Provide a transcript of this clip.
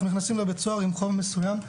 נכנסים לבית סוהר עם חוב מסוים,